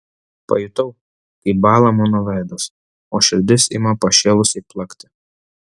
pajutau kaip bąla mano veidas o širdis ima pašėlusiai plakti